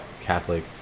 catholic